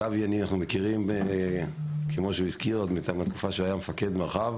את אבי אני מכיר עוד מהתקופה בה הוא היה מפקד מרחב.